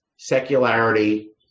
secularity